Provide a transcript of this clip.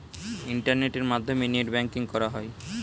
ইন্টারনেটের মাধ্যমে net banking করা হয়